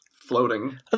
floating